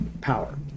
power